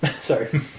sorry